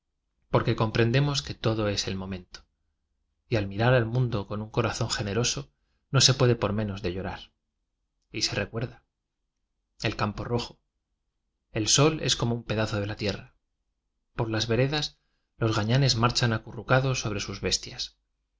porque comprendemos que todo es el momento y al mirar al mundo con un corazón generoso no se puede por menos de llorar y se re cuerda el campo rojo el sol es como un pedazo de la tierra por las veredas los gañanes marchan acujmrrados sobre sus bestias